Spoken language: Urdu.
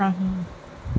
نہیں